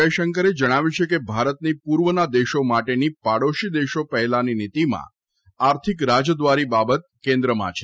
જયશંકરે જણાવ્યું છે કે ભારતની પૂર્વના દેશો માટેની પાડોશી દેશો પહેલાની નીતિમાં આર્થિક રાજદ્વારી બાબત કેન્દ્રમાં છે